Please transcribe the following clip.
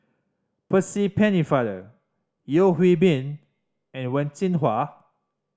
Percy Pennefather Yeo Hwee Bin and Wen Jinhua